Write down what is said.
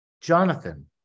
Jonathan